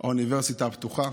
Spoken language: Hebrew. האוניברסיטה הפתוחה.